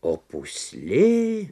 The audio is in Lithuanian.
o pūslė